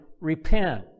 repent